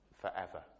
forever